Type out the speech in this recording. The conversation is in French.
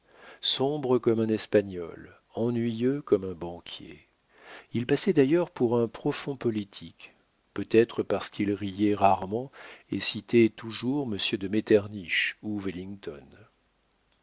sombre comme un espagnol ennuyeux comme un banquier il passait d'ailleurs pour un profond politique peut-être parce qu'il riait rarement et citait toujours monsieur de metternich ou wellington